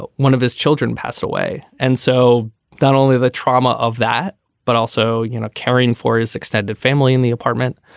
but one of his children passed away. and so that only the trauma of that but also you know caring for his extended family in the apartment.